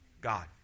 God